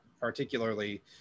particularly